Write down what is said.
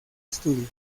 estudios